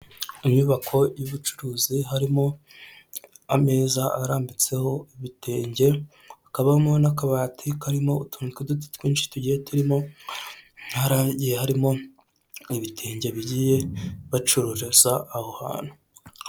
Inyubako y'ubucuruzi harimo ameza arambitseho ibitenge, hakabamo n'akabati karimo utuntu tw'uduti twinshi tugiye turimo hari ahagiye harimo ibitenge bigiye bacururiza aho hantu.